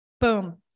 Boom